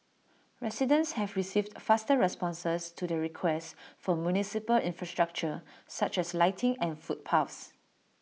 residents have received faster responses to their requests for municipal infrastructure such as lighting and footpaths